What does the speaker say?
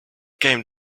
game